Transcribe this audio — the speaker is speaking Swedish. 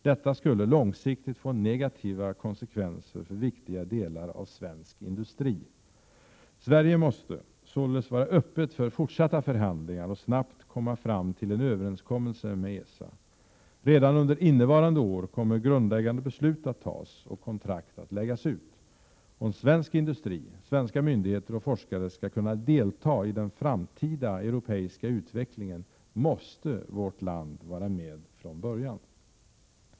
Detta skulle långsiktigt få negativa konsekvenser för viktiga delar av svensk industri. Sverige måste således vara öppet för fortsatta förhandlingar och snabbt komma fram till en överenskommelse med ESA. Redan under innevarande år kommer grundläggande beslut att tas och kontrakt att läggas ut. Om svensk industri, svenska myndigheter och forskare skall kunna delta i den framtida europeiska utvecklingen måste vårt land vara med från början.